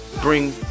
bring